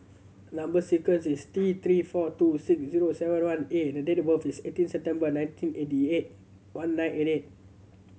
number sequence is T Three four two six zero seven one A the date of birth is eighteen September nineteen eighty eight one nine eight eight